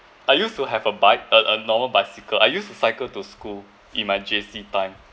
I used to have a bike a a normal bicycle I used to cycle to school in my J_C time